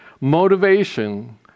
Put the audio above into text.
motivation